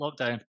lockdown